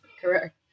correct